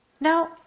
Now